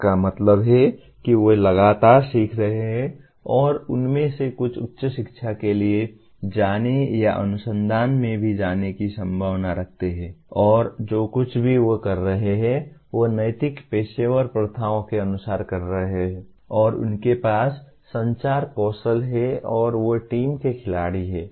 इसका मतलब है कि वे लगातार सीख रहे हैं और उनमें से कुछ उच्च शिक्षा के लिए जाने या अनुसंधान में भी जाने की संभावना रखते हैं और जो कुछ भी वे कर रहे हैं वे नैतिक पेशेवर प्रथाओं के अनुसार कर रहे हैं और उनके पास संचार कौशल हैं और वे टीम के खिलाड़ी हैं